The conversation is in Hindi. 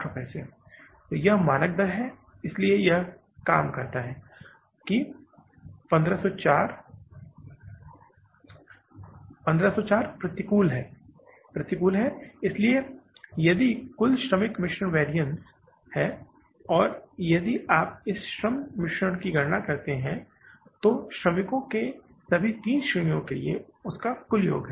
रुपए 8 यह मानक दर है इसलिए यह काम करता है कि 1504 कितना है और यह 1504 प्रतिकूल है 1504 प्रतिकूल है इसलिए यह कुल श्रम मिश्रण वैरिअन्स है यदि आप इस श्रम मिश्रण की गणना करते हैं तो श्रमिकों की सभी 3 श्रेणियों के लिए उसका कुल योग है